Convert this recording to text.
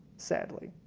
sadly.